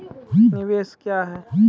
निवेश क्या है?